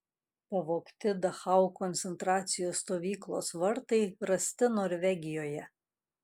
pavogti dachau koncentracijos stovyklos vartai rasti norvegijoje